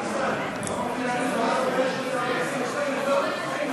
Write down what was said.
ההצעה להסיר מסדר-היום את הצעת חוק-יסוד: הממשלה (תיקון,